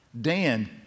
Dan